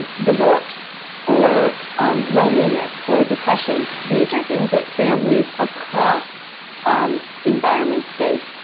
divorced or um loneliness or depression. these are things that families across um environments face,